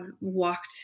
walked